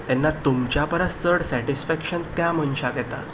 तेन्ना तुमच्या परस चड सेटीसफेक्शन त्या मनशाक येता